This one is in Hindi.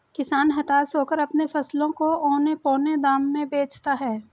किसान हताश होकर अपने फसलों को औने पोने दाम में बेचता है